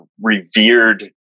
revered